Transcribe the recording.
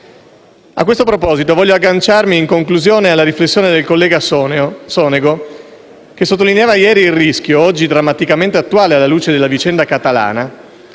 A questo proposito voglio agganciarmi, in conclusione, alla riflessione del collega Sonego che sottolineava ieri il rischio, oggi drammaticamente attuale alla luce della vicenda catalana,